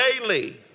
daily